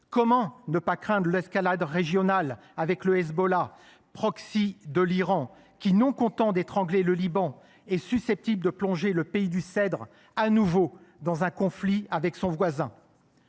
Comment ne pas craindre l’escalade régionale avec le Hezbollah, proxy de l’Iran, qui, non content d’étrangler le Liban, est susceptible de plonger de nouveau le pays du Cèdre dans un conflit avec son voisin ?